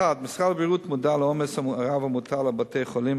1. משרד הבריאות מודע לעומס הרב המוטל על בתי-החולים,